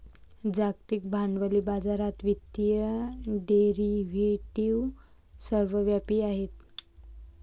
जागतिक भांडवली बाजारात वित्तीय डेरिव्हेटिव्ह सर्वव्यापी आहेत